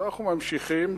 ואנחנו ממשיכים,